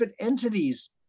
entities